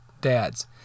dads